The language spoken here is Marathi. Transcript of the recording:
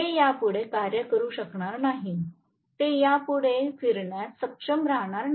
हे यापुढे कार्य करू शकणार नाही ते यापुढे फिरण्यास सक्षम राहणार नाही